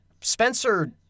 Spencer